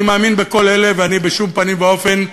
אני מאמין בכל אלה, ואני בשום פנים ואופן,